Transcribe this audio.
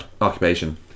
occupation